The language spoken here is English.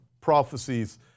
prophecies